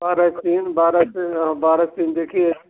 और एक तीन बारह से बारह से तीन देखिए